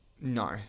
No